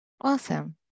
Awesome